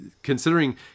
Considering